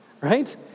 right